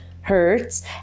Hertz